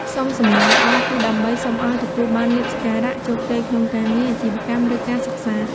សុំសំណាងល្អ គឺដើម្បីសុំឱ្យ ទទួលបានលាភសក្ការៈ ជោគជ័យក្នុងការងារ អាជីវកម្ម ឬ ការសិក្សា។